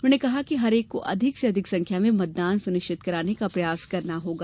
उन्होंने कहा कि हर एक को अधिक से अधिक संख्या में मतदान सुनिश्चित कराने का प्रयास करना होगा